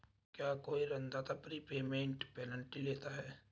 क्या कोई ऋणदाता प्रीपेमेंट पेनल्टी लेता है?